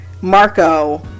marco